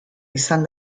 izan